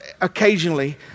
occasionally